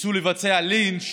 ניסו לבצע לינץ'.